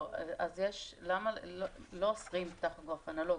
לא אוסרים טכוגרף אנלוגי.